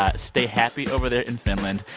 ah stay happy over there in finland.